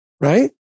right